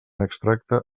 extracte